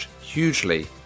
hugely